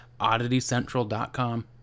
OddityCentral.com